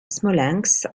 smolensk